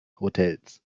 hotels